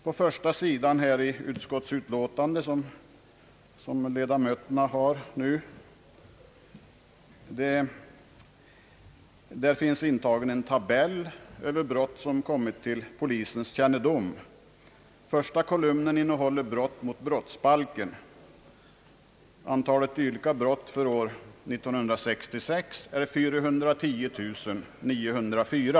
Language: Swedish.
På första sidan i det utskottsutlåtande, som ledamöterna nu har på bänken, finns en tabell över brott som kommit till polisens kännedom. Första kolumnen upptar brott mot brottsbalken. Antalet sådana brott under år 1966 uppgår till 410 904.